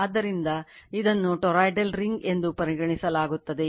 ಆದ್ದರಿಂದ ಇದನ್ನುಟೊರೊಯ್ಡಲ್ ರಿಂಗ್ ಎಂದು ಪರಿಗಣಿಸಲಾಗುತ್ತದೆ